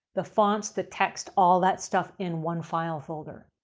the fonts, the text, all that stuff, in one file folder.